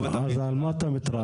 אז על מה אתה מתרעם?